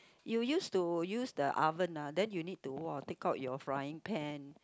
you used to use the oven ah then you need to !wah! take out your frying pan